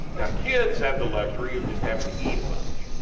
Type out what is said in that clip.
now kids have the luxury of just having to eat a bunch.